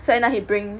so end up he bring